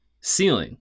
ceiling